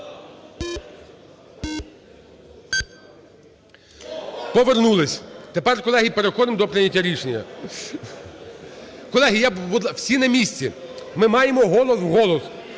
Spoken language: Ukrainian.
Повернулись. Тепер, колеги, переходимо до прийняття рішення. Колеги, всі на місці, ми маємо голос в голос.